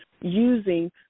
using